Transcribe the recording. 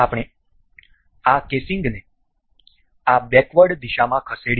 આપણે આ કેસીંગને આ બેકવર્ડ દિશામાં ખસેડીશું